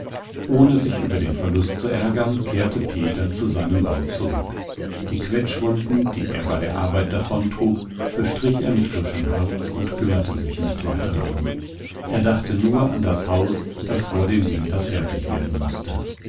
ohne sich über den verlust zu ärgern kehrte peter zu seinem bau zurück die quetschwunden die er bei der arbeit davontrug bestrich er mit frischem harz und kümmerte sich nicht weiter darum er dachte nur an das haus das vor dem winter fertig werden mußte